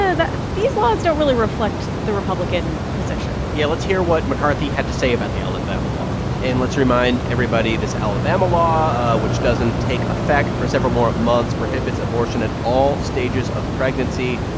ah, these laws don't really reflect the republican position yeah. let's hear what mccarthy had to say about the alabama law. and let's remind everybody this alabama law, which doesn't take effect for several more months, prohibits abortion at all stages of pregnancy.